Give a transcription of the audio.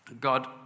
God